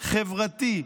חברתי,